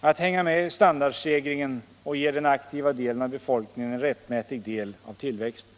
att hänga med i standardstegringen och ger den aktiva delen av befolkningen en rättmätig del av tillväxten.